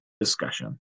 discussion